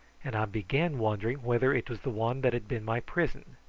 and i began wondering whether it was the one that had been my prison.